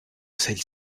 celle